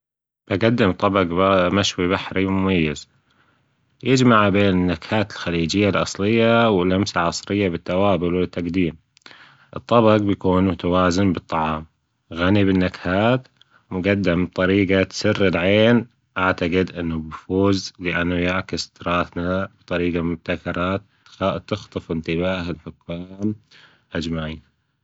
تقدم طيق مشوى بحري مميز يجمع بين النكهات ألخليجية ألاصلية ولمسة عصرية بالتوابل للتجديم الطبق بيكون متوازن بالطعام غنى بالنكهات مجدم بطريقة تسر ألعين أعتجد أنة بيفوز بأنة يعكس تراثنا يطريقة مبتكرة تخطف أنتباة ألحكام أجمعين